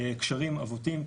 קשרים עבותים,